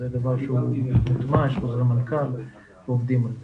זה דבר שהוא מוטמע, יש חוזרי מנכ"ל ועובדים על זה.